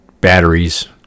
batteries